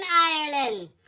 Ireland